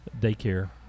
daycare